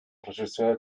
regisseur